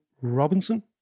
Robinson